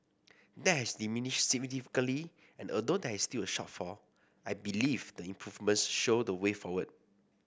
that has diminished significantly and although there is still a shortfall I believe the improvements show the way forward